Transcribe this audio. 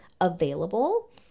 available